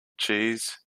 cheese